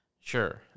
Sure